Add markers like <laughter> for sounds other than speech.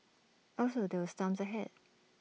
<unintelligible> there were storms ahead